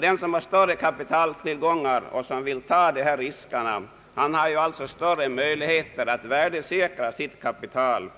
Den som har större kapitaltillgångar och som vill ta dessa risker har alltså större möjligheter att värdesäkra sitt kapital.